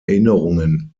erinnerungen